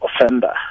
offender